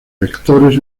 vectores